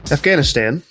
Afghanistan